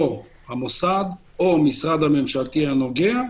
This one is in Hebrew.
או המוסד או המשרד הממשלתי הנוגע,